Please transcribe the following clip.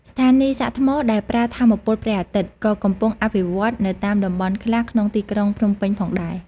ស្ថានីយ៍សាកថ្មដែលប្រើថាមពលព្រះអាទិត្យ ក៏កំពុងអភិវឌ្ឍនៅតាមតំបន់ខ្លះក្នុងទីក្រុងភ្នំពេញផងដែរ។